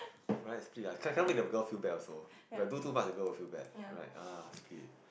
right split ah can can make the girl feel bad also if I do too much the girl will feel bad right ah split